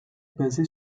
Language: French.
basé